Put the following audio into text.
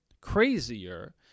crazier